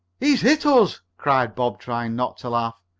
he's hit us! cried bob, trying not to laugh.